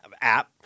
app